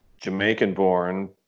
Jamaican-born